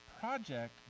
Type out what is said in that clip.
project